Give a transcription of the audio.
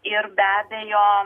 ir be abejo